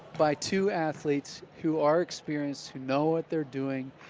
by two athletes who are experienced who know what they're doing,